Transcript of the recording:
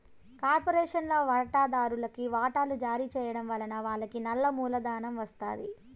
కార్పొరేషన్ల వాటాదార్లుకి వాటలు జారీ చేయడం వలన వాళ్లకి నల్ల మూలధనం ఒస్తాది